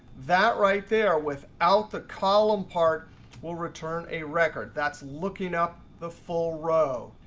that right there without the column part will return a record. that's looking up the full row.